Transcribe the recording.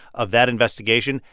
of that investigation.